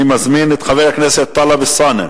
אני מזמין את חבר הכנסת טלב אלסאנע.